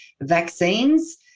vaccines